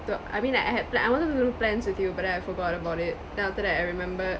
to I mean like I had pla~ I wanted to do plans with you but then I forgot about it then after that I remembered